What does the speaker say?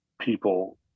people